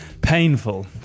painful